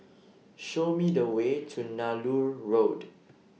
Show Me The Way to Nallur Road